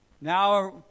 Now